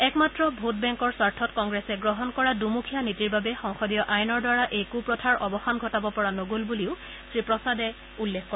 একমাত্ৰ ভোট বেংকৰ স্বাৰ্থত কংগ্ৰেছে গ্ৰহণ কৰা দুমুখীয়া নীতিৰ বাবে সংসদীয় আইনৰ দ্বাৰা এই কুপ্ৰথাৰ অৱসান ঘটাব পৰা নগল বুলিও শ্ৰীপ্ৰসাদে উল্লেখ কৰে